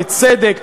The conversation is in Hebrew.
בצדק,